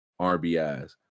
RBIs